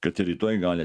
kad ir rytoj gali